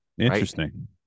interesting